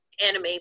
anime